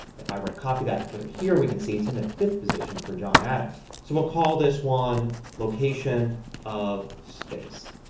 if i were to copy that and put it here we can see it's in the fifth position for john adams. so we'll call this one location of space.